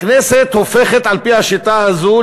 הכנסת הופכת, על-פי השיטה הזו,